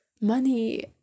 money